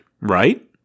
right